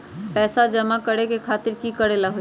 पैसा जमा करे खातीर की करेला होई?